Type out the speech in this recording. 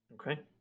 Okay